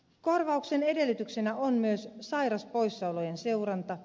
korvauksen edellytyksenä on myös sairauspoissaolojen seuranta